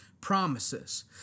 promises